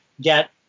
get